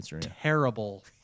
terrible